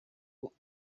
uku